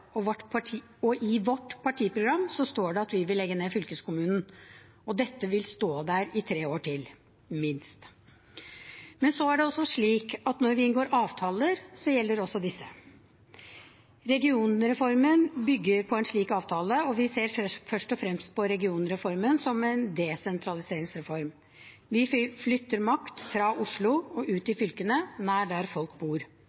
i vårt partiprogram står det at vi vil legge ned fylkeskommunen. Dette vil stå der i tre år til – minst. Men så er det også slik at når vi inngår avtaler, gjelder disse. Regionreformen bygger på en slik avtale. Vi ser først og fremst på regionreformen som en desentraliseringsreform. Vi flytter makt fra Oslo ut til fylkene, nær der folk bor. Dessuten flytter vi makt fra Fylkesmannen til fylkeskommune, og